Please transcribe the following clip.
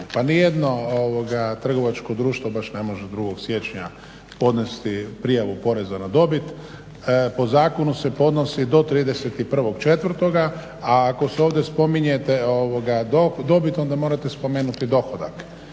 Pa ni jedno trgovačko društvo baš ne može 2. siječnja podnesti prijavu poreza na dobit. Po zakonu se podnosi do 31.4. a ako ovdje spominjete dobit onda morate spomenuti dohodak,